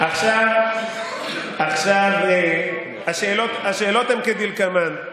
עכשיו השאלות שקיבלתי הן כדלקמן: